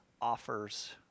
offers